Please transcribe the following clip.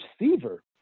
receiver